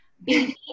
baby